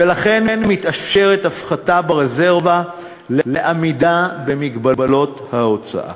ולכן מתאפשרת הפחתה ברזרבה לעמידה במגבלות ההוצאה